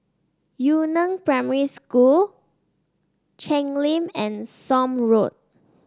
Yu Neng Primary School Cheng Lim and Somme Road